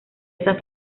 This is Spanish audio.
esa